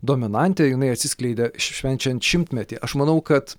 dominantė jinai atsiskleidė švenčiant šimtmetį aš manau kad